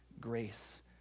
grace